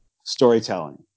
storytelling